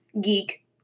Geek